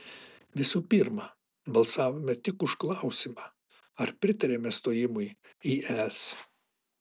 visų pirma balsavome tik už klausimą ar pritariame stojimui į es